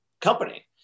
company